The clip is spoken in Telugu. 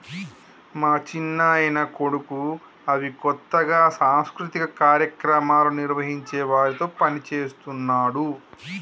మా చిన్నాయన కొడుకు అవి కొత్తగా సాంస్కృతిక కార్యక్రమాలను నిర్వహించే వారితో పనిచేస్తున్నాడు